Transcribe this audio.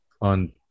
on